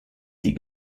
die